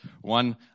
One